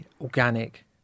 organic